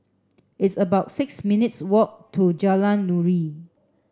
it's about six minutes' walk to Jalan Nuri